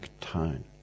tone